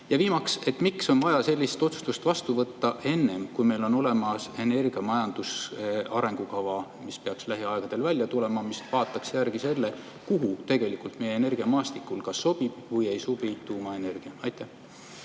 Ja viimaks: miks on vaja sellist otsust vastu võtta enne, kui meil on olemas energiamajanduse arengukava, mis peaks lähiaegadel välja tulema ja mis vaataks järgi selle, kuhu tegelikult meie energiamaastikul kas sobib või ei sobi tuumaenergia? Aitäh,